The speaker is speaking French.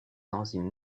enzymes